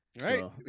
Right